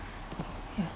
ya